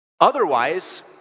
Otherwise